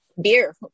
Beer